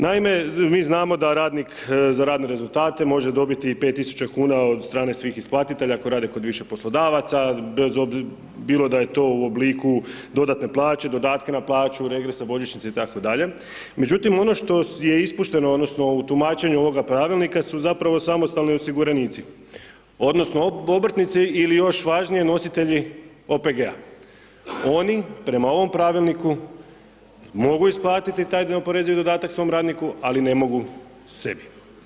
Naime, mi znamo da radnik za radne rezultate može dobiti 5.000 kuna od strane svih isplatitelja koji rade kod biše poslodavaca bez obzira, bilo da je to u obliku dodatne plaće, dodatka na plaću, regresa, božićnice itd., međutim ono što je ispušteno odnosno u tumačenju ovoga pravilnika su zapravo samostalni osiguranici odnosno obrtnici ili još važnije nositelji OPG-a, oni prema ovom pravilniku mogu isplatiti taj neoporezivi dodatak svom radniku ali ne mogu sebi.